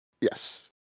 Yes